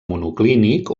monoclínic